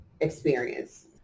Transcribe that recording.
experience